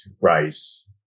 rice